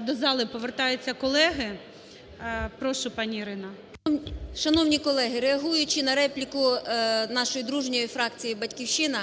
до зали повертаються колеги. Прошу, пані Ірина. 13:08:29 ЛУЦЕНКО І.С. Шановні колеги, реагуючи на репліку нашої дружньої фракції "Батьківщина",